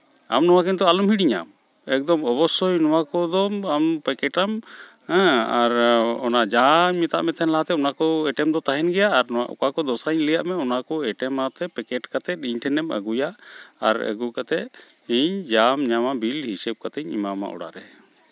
ᱟᱢ ᱱᱚᱣᱟ ᱠᱤᱱᱛᱩ ᱟᱞᱚᱢ ᱦᱤᱲᱤᱧᱟ ᱮᱠᱫᱚᱢ ᱚᱵᱳᱥᱥᱳᱭ ᱱᱚᱣᱟ ᱠᱚᱫᱚ ᱟᱢ ᱯᱮᱠᱮᱴᱟᱢ ᱦᱮᱸ ᱟᱨ ᱚᱱᱟ ᱡᱟᱦᱟᱧ ᱢᱮᱛᱟᱫᱢᱮ ᱛᱟᱦᱮᱱ ᱞᱟᱦᱟᱛᱮ ᱚᱱᱟᱠᱚ ᱟᱭᱴᱮᱢ ᱫᱚ ᱛᱟᱦᱮᱱ ᱜᱮᱭᱟ ᱟᱨ ᱱᱚᱣᱟ ᱚᱠᱟ ᱠᱚ ᱫᱚᱥᱟᱧ ᱞᱟᱹᱭᱟᱫ ᱢᱮ ᱚᱱᱟᱠᱚ ᱟᱭᱴᱮᱢ ᱟᱛᱮᱫ ᱯᱮᱠᱮᱴ ᱠᱟᱛᱮᱫ ᱤᱧ ᱴᱷᱮᱱᱮᱢ ᱟᱹᱜᱩᱭᱟ ᱟᱨ ᱟᱹᱜᱩ ᱠᱟᱛᱮᱫ ᱤᱧ ᱡᱟᱢ ᱧᱟᱢᱟᱢ ᱵᱤᱞ ᱦᱤᱥᱟᱹᱵᱽ ᱠᱟᱛᱮᱫ ᱤᱧ ᱮᱢᱟᱢᱟ ᱚᱲᱟᱜ ᱨᱮ